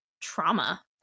trauma